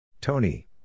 Tony